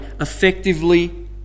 effectively